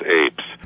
apes